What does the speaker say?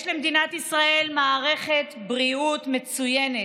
יש למדינת ישראל מערכת בריאות מצוינת,